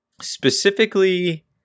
Specifically